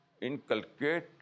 inculcate